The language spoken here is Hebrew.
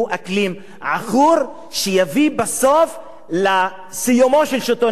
אקלים עכור שיביא בסוף לסיומו של שלטון